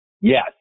Yes